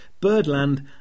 Birdland